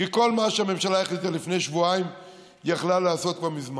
כי כל מה שהממשלה החליטה לפני שבועיים היא יכלה לעשות כבר מזמן.